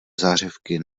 zářivky